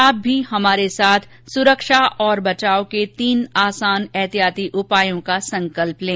आप भी हमारे साथ सुरक्षा और बचाव के तीन आसान एहतियाती उपायों का संकल्प लें